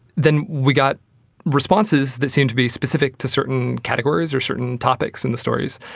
then we got responses that seemed to be specific to certain categories or certain topics in the stories.